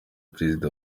perezida